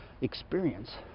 experience